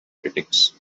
critics